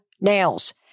nails